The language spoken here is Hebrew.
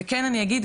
וכן אני אגיד,